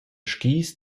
skis